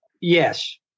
Yes